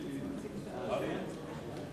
אדוני היושב-ראש,